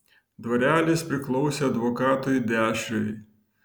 dvarelis priklausė advokatui dešriui